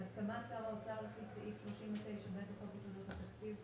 בהסכמת שר האוצר לפיט סעיף 39ב לחוק יסודות התקציב,